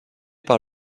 par